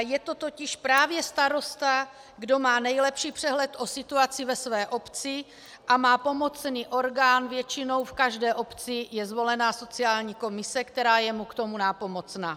Je to totiž právě starosta, kdo má nejlepší přehled o situaci ve své obci a má pomocný orgán, většinou v každé obci je zvolena sociální komise, která je mu k tomu nápomocna.